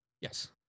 yes